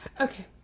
okay